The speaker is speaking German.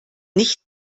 nicht